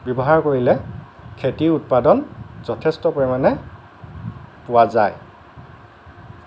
ব্যৱহাৰ কৰিলে খেতিৰ উৎপাদন যথেষ্ট পৰিমাণে পোৱা যায়